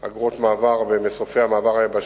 4. האם תפנה המדינה לזכיין